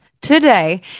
today